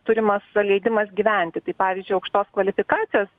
turimas leidimas gyventi tai pavyzdžiui aukštos kvalifikacijos